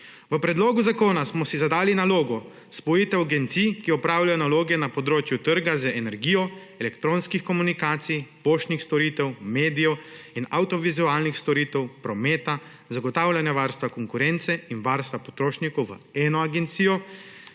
V predlogu zakona smo si zadali nalogo spojitev agencij, ki opravljajo naloge na področju trga za energijo, elektronskih komunikacij, poštnih storitev, medijev in avdiovizualnih storitev, prometa, zagotavljanja varstva konkurence in varstva potrošnikov v eno agencijo,